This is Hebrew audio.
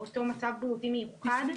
אותו מצב בריאותי מיוחד,